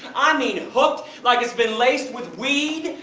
i mean hooked! like it's been laced with weed,